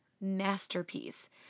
masterpiece